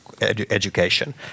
education